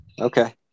okay